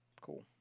Cool